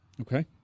Okay